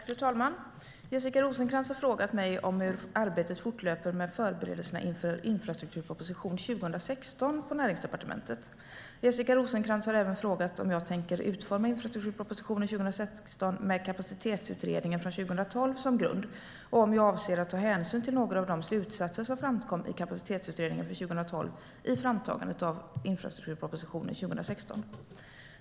Fru talman! Jessica Rosencrantz har frågat mig hur arbetet fortlöper med förberedelserna inför infrastrukturpropositionen 2016 på Näringsdepartementet. Jessica Rosencrantz har även frågat om jag tänker utforma infrastrukturpropositionen 2016 med kapacitetsutredningen från 2012 som grund och om jag avser att ta hänsyn till några av de slutsatser som framkom i kapacitetsutredningen från 2012 i framtagandet av infrastrukturpropositionen 2016.